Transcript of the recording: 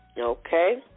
Okay